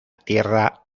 tierra